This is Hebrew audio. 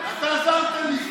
השעה 03:13,